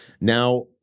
Now